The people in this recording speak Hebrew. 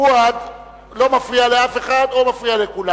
פואד לא מפריע לאף אחד או מפריע לכולם,